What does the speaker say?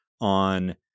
On